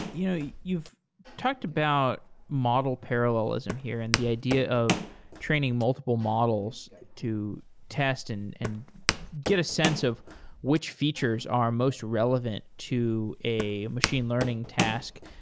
you know yeah you've talked about model parallelism here and the idea of training multiple models to test and and get a sense of which features are most relevant to a machine learning task.